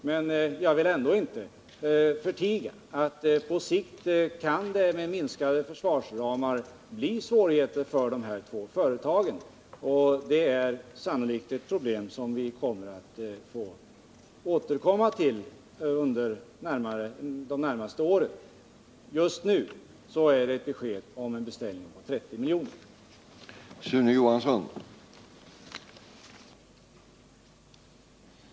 Men jag vill ändå inte förtiga att det på sikt med minskade försvarsramar kan bli svårigheter för de två aktueila företagen, och det är problem som vi sannolikt kommer att få anledning att återvända till under de närmaste åren. Just nu föreligger ett besked om en beställning på 30 milj.kr.